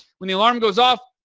when the alarm goes off,